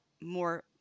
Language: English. more